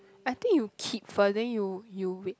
I think you keep first then you you wait